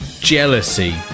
jealousy